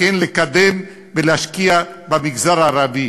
לקדם ולהשקיע במגזר הערבי,